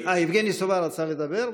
אה, יבגני סובה רצה לדבר.